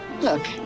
Look